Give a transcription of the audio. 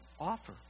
offer